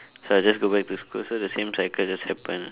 so I just go back to school so the same cycle just happen ah